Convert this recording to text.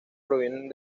provienen